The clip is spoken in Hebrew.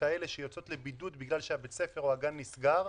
כאלה שיוצאות לבידוד כי בית הספר או הגן נסגר,